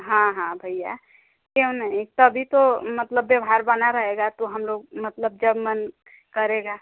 हाँ हाँ भैया क्यों नहीं तभी तो मतलब व्यवहार बना रहेगा तो हम लोग मतलब जब मन करेगा